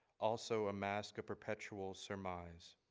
also a mask a perpetual surmise.